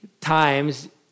times